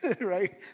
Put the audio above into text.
right